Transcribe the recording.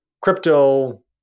crypto